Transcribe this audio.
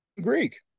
Greek